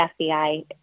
FBI